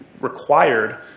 required